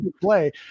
play